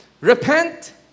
repent